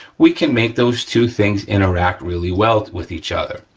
we can make those two things interact really well with each other.